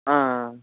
ஆ ஆ